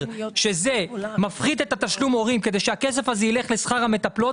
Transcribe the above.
שזה מפחית את התשלום ההורים כדי שהכסף הזה ילך לשכר המטפלות,